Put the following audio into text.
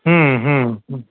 हं हं हं